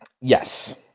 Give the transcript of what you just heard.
Yes